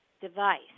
device